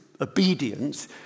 obedience